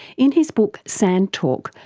in his book sand talk,